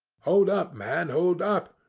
hold up, man, hold up,